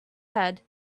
head